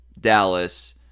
Dallas